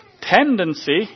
tendency